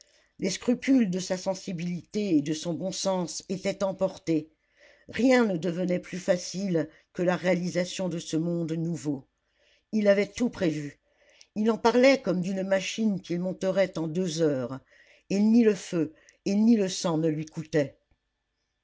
les scrupules de sa sensibilité et de son bon sens étaient emportés rien ne devenait plus facile que la réalisation de ce monde nouveau il avait tout prévu il en parlait comme d'une machine qu'il monterait en deux heures et ni le feu et ni le sang ne lui coûtaient